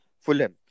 Fulham